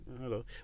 hello